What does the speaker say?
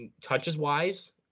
touches-wise –